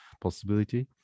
possibility